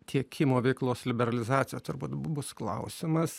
tiekimo veiklos liberalizaciją turbūt b bus klausimas